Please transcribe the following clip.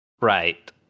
Right